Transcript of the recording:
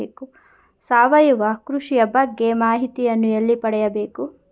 ಸಾವಯವ ಕೃಷಿಯ ಬಗ್ಗೆ ಮಾಹಿತಿಯನ್ನು ಎಲ್ಲಿ ಪಡೆಯಬೇಕು?